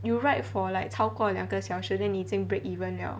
you ride for like 超过两个小时 then 你已经 break even liao